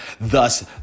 Thus